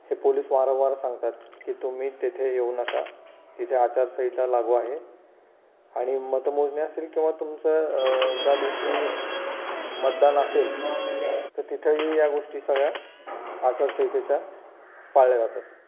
हे पोलीस वारंवार सांगतात की तुम्ही तिथे येऊ नका तिथे आचारसंहिता लागू आहे आणि मतमोजणी असेल किंवा तुमचं ज्या दिवशी मतदान असेल तर तिथंही या गोष्टी सगळ्या आचारसंहितेच्या पाळल्या जातात